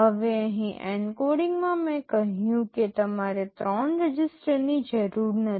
હવે અહીં એન્કોડિંગમાં મેં કહ્યું કે તમારે ત્રણ રજીસ્ટરની જરૂર નથી